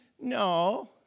no